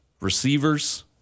receivers